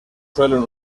suelen